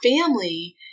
family